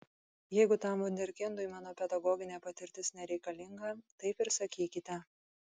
jeigu tam vunderkindui mano pedagoginė patirtis nereikalinga taip ir sakykite